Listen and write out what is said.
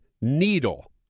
Needle